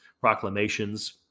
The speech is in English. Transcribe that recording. proclamations